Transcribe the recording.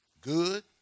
good